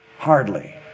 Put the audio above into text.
Hardly